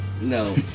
No